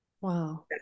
Wow